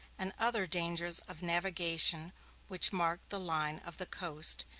and other dangers of navigation which marked the line of the coast,